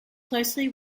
closely